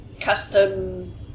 custom